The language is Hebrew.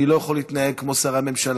אני לא יכול להתנהג כמו שרי הממשלה,